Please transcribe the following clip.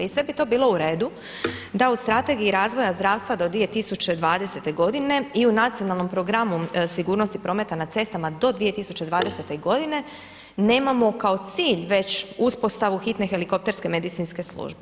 I sve bi to bilo u redu da u Strategiji razvoja zdravstva do 2020. godine i u Nacionalnom programu sigurnosti prometa na cestama do 2020. godine nemamo kao cilj već uspostavu hitne helikopterske medicinske službe.